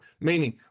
Meaning